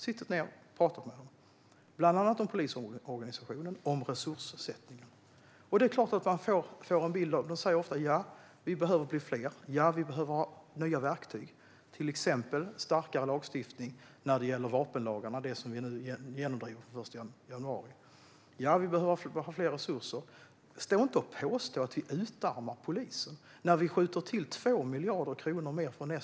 Det har bland annat handlat om polisorganisationen och resurssättningen. De säger: Vi behöver bli fler, vi behöver nya verktyg, till exempel starkare vapenlagstiftning - vilket regeringen nu inför från den 1 januari 2018 - och vi behöver mer resurser. Roger Haddad! Stå inte och påstå att vi utarmar polisen när vi skjuter till 2 miljarder kronor mer nästa år.